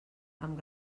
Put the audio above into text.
amb